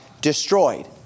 destroyed